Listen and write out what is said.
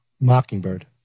Mockingbird